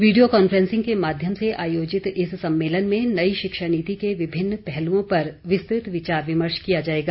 video conferencing के माध्यम से आयोजित इस सम्मेलन में नई शिक्षा नीति के विभिन्न पहलुओं पर विस्तृत विचार विमर्श किया जाएगा